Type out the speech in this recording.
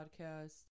podcast